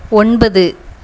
ஒன்பது